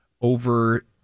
over